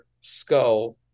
skull